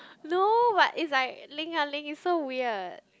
no but it's like Ling ah Ling it's so weird